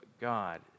God